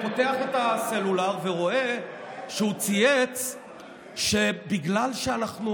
פותח את הסלולר ורואה שהוא צייץ שבגלל שאנחנו